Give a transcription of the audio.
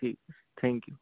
ठीक thank you